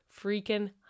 freaking